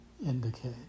indicate